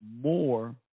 more